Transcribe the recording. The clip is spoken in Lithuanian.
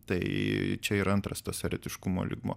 tai čia yra antras tas eretiškumo lygmuo